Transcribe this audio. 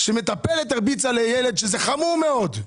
כשמטפלת הרביצה לילד שזה חמור מאוד.